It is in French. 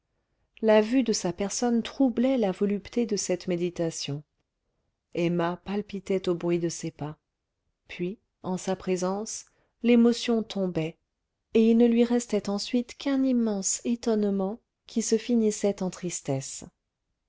la vue de sa personne troublait la volupté de cette méditation emma palpitait au bruit de ses pas puis en sa présence l'émotion tombait et il ne lui restait ensuite qu'un immense étonnement qui se finissait en tristesse